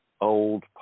old